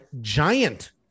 Giant